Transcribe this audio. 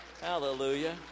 Hallelujah